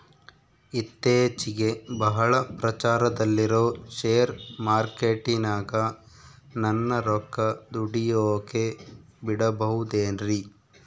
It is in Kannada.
ಇತ್ತೇಚಿಗೆ ಬಹಳ ಪ್ರಚಾರದಲ್ಲಿರೋ ಶೇರ್ ಮಾರ್ಕೇಟಿನಾಗ ನನ್ನ ರೊಕ್ಕ ದುಡಿಯೋಕೆ ಬಿಡುಬಹುದೇನ್ರಿ?